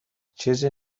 چیزی